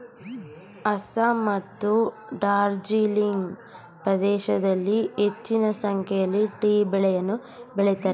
ಅಸ್ಸಾಂ ಮತ್ತು ಡಾರ್ಜಿಲಿಂಗ್ ಪ್ರದೇಶಗಳಲ್ಲಿ ಹೆಚ್ಚಿನ ಸಂಖ್ಯೆಯಲ್ಲಿ ಟೀ ಬೆಳೆಯನ್ನು ಬೆಳಿತರೆ